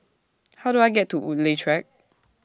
How Do I get to Woodleigh Track